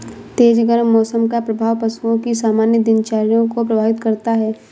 तेज गर्म मौसम का प्रभाव पशुओं की सामान्य दिनचर्या को प्रभावित करता है